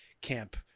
camp